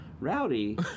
Rowdy